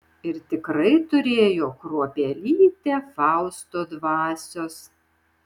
ir tikrai turėjo kruopelytę fausto dvasios